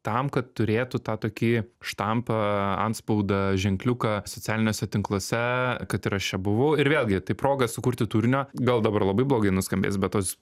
tam kad turėtų tą tokį štampą antspaudą ženkliuką socialiniuose tinkluose kad ir aš čia buvau ir vėlgi tai proga sukurti turinio gal dabar labai blogai nuskambės bet tos